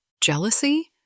Jealousy